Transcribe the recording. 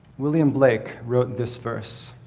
william blake wrote this verse